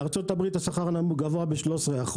בארצות הברית שכר הנהגים גבוה ב-13%,